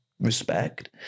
respect